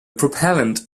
propellant